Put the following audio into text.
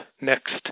next